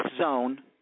Zone